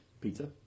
Pizza